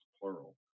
plural